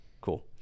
cool